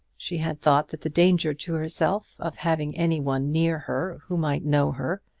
she had thought that the danger to herself of having any one near her who might know her,